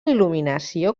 il·luminació